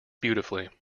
beautifully